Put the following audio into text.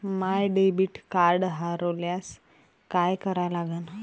माय debit card हरोल्यास काय करा लागन?